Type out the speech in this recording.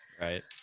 Right